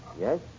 Yes